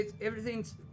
everything's